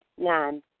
Nine